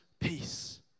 peace